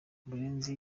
murenzi